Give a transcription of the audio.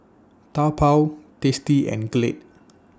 Taobao tasty and Glade